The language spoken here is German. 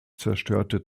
zerstörte